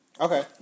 Okay